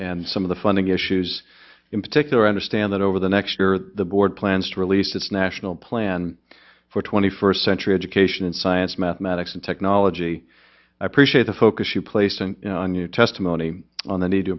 and some of the funding issues in particular i understand that over the next year the board plans to release its national plan for twenty first century education in science mathematics and technology i appreciate the focus you place an you know a new testimony on the need to